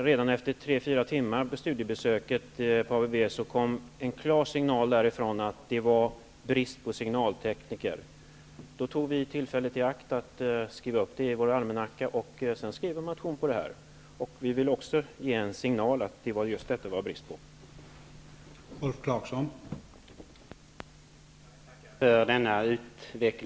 Redan efter tre fyra timmar av studiebesöket på ABB kom en klar signal därifrån om att det rådde brist på signaltekniker. Vi skrev då upp det i våra almanackor, och sedan skrev vi en motion om det. Vi ville ge en signal om att det var brist på just signaltekniker.